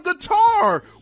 guitar